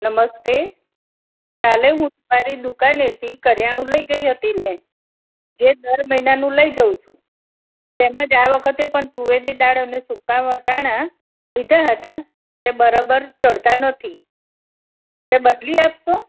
નમસ્તે કાલે હું તમારી દુકાનેથી કરિયાણું લઈ ગઈ હતીને જે દરમહિનાનું લઈ જુ છું તેમાં ગયા વખતે પણ તુવેરની દાળ અને સુક્કા વટાણા લીધા હતા એ બરાબર ચઢતા નથી તે બદલી આપશો